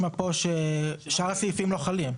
כאן הבהרנו שבמקרים שבהם נדרש מהנדס הוועדה המקומית להיות נוכח